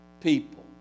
people